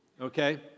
okay